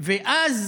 ואז